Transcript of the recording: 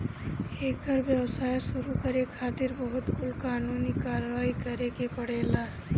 एकर व्यवसाय शुरू करे खातिर बहुत कुल कानूनी कारवाही करे के पड़ेला